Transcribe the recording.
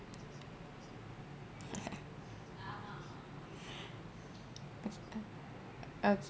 okay okay uh okay